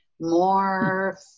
more